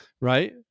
right